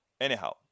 anyhow